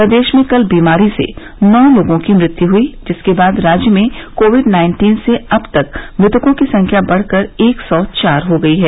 प्रदेश में कल बीमारी से नौ लोगों की मृत्यु हुई जिसके बाद राज्य में कोविड नाइन्टीन से अब तक मृतकों की संख्या बढ़कर एक सौ चार हो गई है